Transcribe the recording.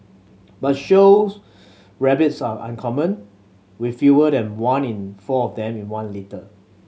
but shows rabbits are uncommon with fewer than one in four of them in one litter